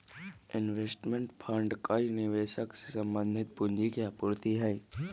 investment fund कई निवेशक से संबंधित पूंजी के आपूर्ति हई